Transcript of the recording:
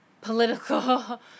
political